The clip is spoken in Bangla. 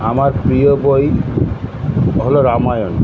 আমার প্রিয় বই হল রামায়ণ